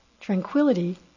tranquility